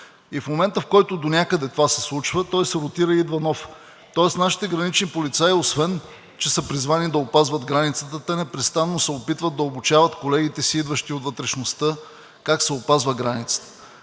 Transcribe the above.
В момента, в който донякъде това се случва, той се ротира и идва нов, тоест нашите гранични полицаи освен че са призвани да опазват границата, те непрестанно се опитват да обучават колегите си, идващи от вътрешността, как се опазва границата.